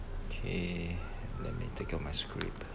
okay let me take out my script